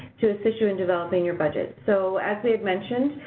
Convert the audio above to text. to assist you in developing your budget. so as we had mentioned,